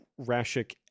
rashik